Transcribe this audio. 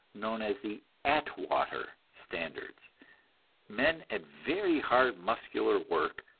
known as the atwater standards men at very hard muscular work,